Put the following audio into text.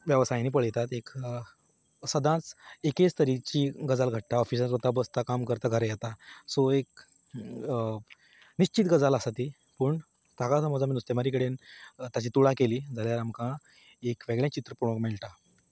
वेवसायांनी पळयतात एक सदांच एकेच तरेचीं गजाल घडटा ऑफिसांत वता बसता काम करता घरा येता सो एक निश्चीत गजाल आसा ती पूण ताका जर आमी नुस्तेमारी कडेन ताची तुळा केली जाल्यार आमकां एक वेगळें चित्र पळोवंक मेळटा